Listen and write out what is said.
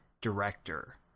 director